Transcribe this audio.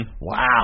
Wow